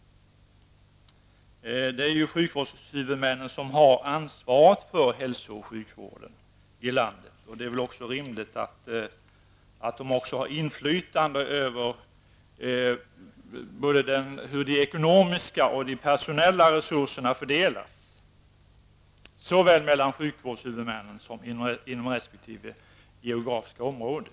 Sjukvårdshuvudmännen har ansvaret för hälso och sjukvården i landet, och det är väl rimlig att det också har inflytande över hur både de ekonomiska och de personiella resurserna fördelas, såväl mellan sjukvårdshuvudmännen som inom respektive geografiska område.